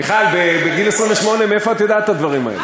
מיכל, בגיל 28 מאיפה את יודעת את הדברים האלה?